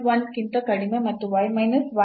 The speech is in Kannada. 1 ಕ್ಕಿಂತ ಕಡಿಮೆ ಮತ್ತು y ಮೈನಸ್ 1 0